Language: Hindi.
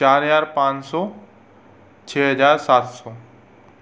चार हज़ार पाँच सौ छः हज़ार सात सौ